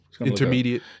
Intermediate